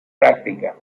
práctica